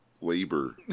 labor